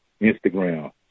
Instagram